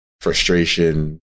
frustration